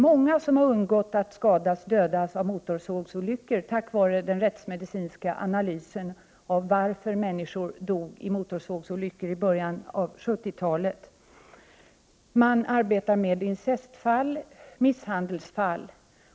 Många har undgått att skadas eller dödas av motorsågsolyckor tack vare den rättsmedicinska analysen av varför människor dog i motorsågsolyckor i början av 70-talet. Man arbetar med incestfall och misshandelsfall.